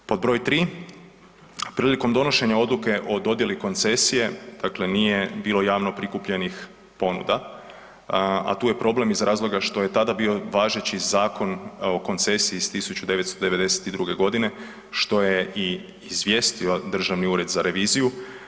Pod broj 3, prilikom donošenja odluke o dodjeli koncesije nije bilo javno prikupljenih ponuda, a tu je problem iz razloga što je tada bio važeći Zakon o koncesiji iz 1992. godine, što je i izvijestio Državni ured za reviziju.